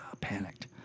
panicked